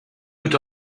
put